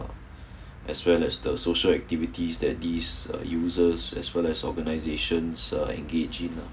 uh as well as the social activities that these uh users as well as organizations uh engaging